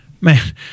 Man